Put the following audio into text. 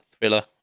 thriller